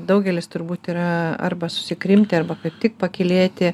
daugelis turbūt yra arba susikrimtę arba tik pakylėti